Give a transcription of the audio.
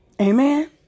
Amen